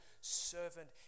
servant